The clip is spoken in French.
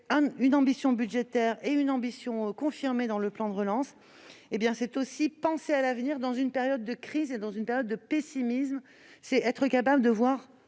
une ambition budgétaire, confirmée dans le plan de relance, c'est aussi penser à l'avenir dans une période de crise et de pessimisme. C'est être capable de voir